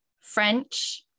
French